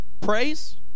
praise